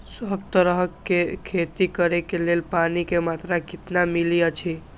सब तरहक के खेती करे के लेल पानी के मात्रा कितना मिली अछि?